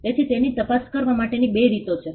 તેથી તેની તપાસ કરવા માટેની બે રીતો છે